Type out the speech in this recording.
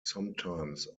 sometimes